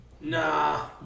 Nah